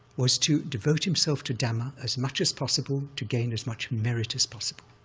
was to devote himself to dhamma as much as possible to gain as much merit as possible.